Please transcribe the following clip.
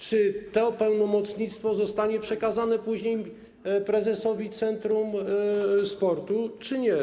Czy to pełnomocnictwo zostanie przekazane później prezesowi centrum sportu, czy nie?